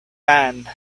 man